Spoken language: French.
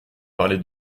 parler